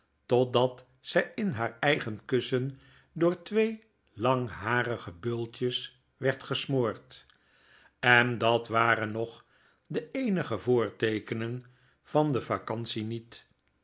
totdat zij in haar eigen kussen door twee langharige beultjes werd gesmoord en dat waren nog de eenige voorteekenen van de vacantie niet